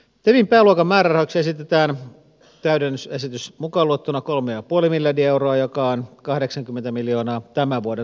tein pääluokan määrärahoiksi esitetään täydennysesitys mukaanluettuna kolme ja puoli miljardia euroa joka on kahdeksankymmentä miljoonaa tämän vuoden